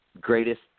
greatest